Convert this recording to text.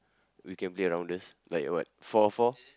we can play around this like what four four